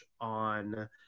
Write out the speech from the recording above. on